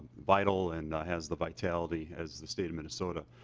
vital and has the vitality as the state of minnesota.